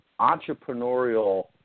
entrepreneurial